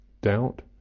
doubt